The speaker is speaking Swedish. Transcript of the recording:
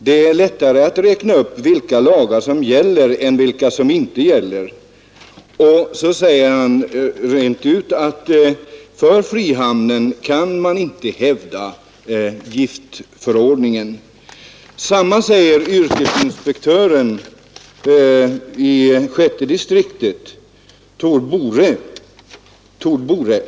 Det är lättare att räkna upp vilka lagar som gäller än vilka som inte gäller.” Han förklarar sedan rent ut att man för frihamnen inte kan hävda giftförordningen. Detsamma säger yrkesinspektören i sjätte distriktet, Thord Bore.